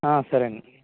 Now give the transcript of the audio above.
సరేనండి